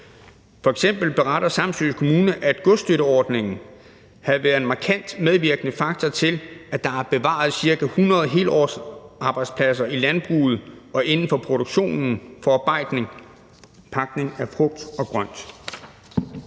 f.eks. beretter Samsø Kommune, at godsstøtteordningen havde været en markant medvirkende faktor til, at der er bevaret cirka 100 helårsarbejdspladser i landbruget og inden for produktion, forarbejdning og pakning af frugt og grønt.